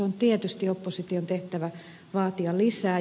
on tietysti opposition tehtävä vaatia lisää